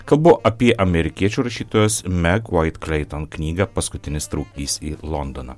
kalbu apie amerikiečių rašytojos meg vait klieton knygą paskutinis traukinys į londoną